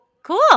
Cool